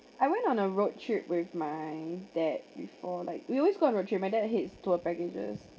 I went on a road trip with my dad before like we always go on road trip my dad hates tour packages